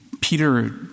Peter